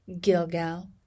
Gilgal